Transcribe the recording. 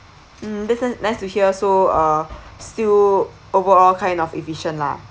mm defin~ nice to hear so uh still overall kind of efficient lah